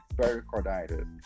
pericarditis